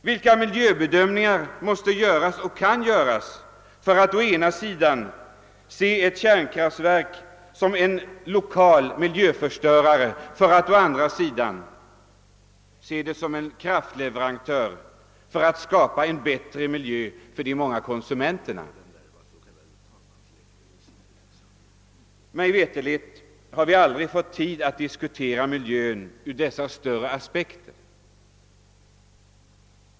Vilka miljöbedömningar måste och kan göras för att å ena sidan se ett kärnkraftverk som en lokal miljöförstörare och å andra sidan se det som en kraftleverantör för att skapa en bättre miljö för de många konsumenterna? Mig veterligt har vi aldrig fått tid att diskutera miljön ur dessa större aspekter.